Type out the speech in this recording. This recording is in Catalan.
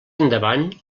endavant